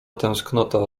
tęsknota